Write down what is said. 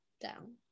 down